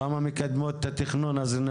כמה מקדמות את התכנון הזה.